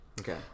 Okay